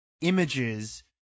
images